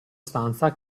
stanza